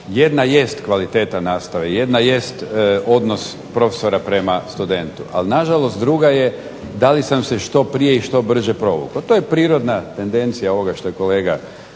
jedna jest kvaliteta nastave, jedna jest odnose profesora prema studentu, ali nažalost druga je da li sam se što prije i što brže i provukao. To je prirodna tendencija ovoga što je kolega